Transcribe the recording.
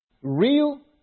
Real